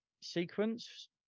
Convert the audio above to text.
sequence